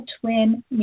Twin